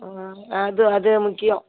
ஆ அது அது முக்கியம்